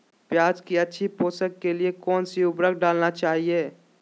प्याज की अच्छी पोषण के लिए कौन सी उर्वरक डालना चाइए?